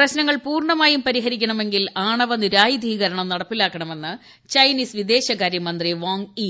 പ്രശ്നങ്ങൾ പൂർണ്ണമായും പരിഹരിക്കണമെങ്കിൽ ആണവ നിരായുധീകരണം നടപ്പിലാക്കണമെന്ന് ചൈന്ദ്രീസ് വിദേശകാര്യമന്ത്രി വാങ്യീ